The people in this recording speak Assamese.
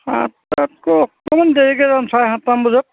সাতটাতকৈ অকণমান দেৰিকৈ যাম চাৰে সাতটামান বজাত